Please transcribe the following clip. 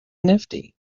nifty